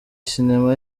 sinema